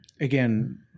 again